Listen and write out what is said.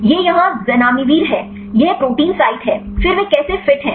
यह यहाँ ज़नामिविर है यह प्रोटीन साइट है फिर वे कैसे फिट हैं